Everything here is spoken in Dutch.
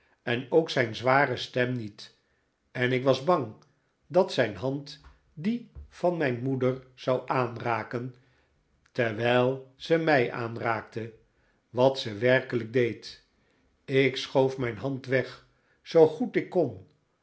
en ook zijn zware stem niet en ik was bang dat zijn hand die van mijn moeder zou aanraken terwijl ze mij aanraakte wat ze werkelijk deed ik schoof zijn hand weg zoo goed ik kon